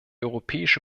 europäische